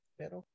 pero